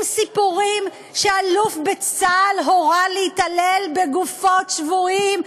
סיפורים שאלוף בצה"ל הורה להתעלל בגופות שבויים,